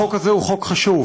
החוק הזה הוא חוק חשוב.